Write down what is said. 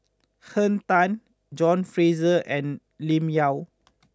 Henn Tan John Fraser and Lim Yau